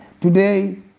Today